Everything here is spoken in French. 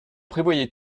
prévoyez